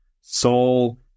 Soul